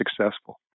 successful